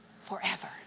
forever